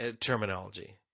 terminology